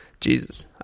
Jesus